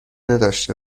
نداشته